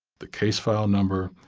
the case file number,